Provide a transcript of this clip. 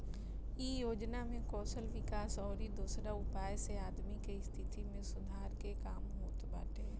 इ योजना में कौशल विकास अउरी दोसरा उपाय से आदमी के स्थिति में सुधार के काम होत बाटे